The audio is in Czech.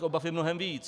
Obav je mnohem víc.